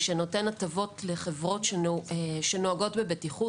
שנותנת הטבות לחברות שנוהגות בבטיחות,